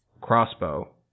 crossbow